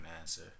answer